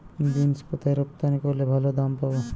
Beans কোথায় রপ্তানি করলে ভালো দাম পাব?